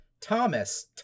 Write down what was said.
Thomas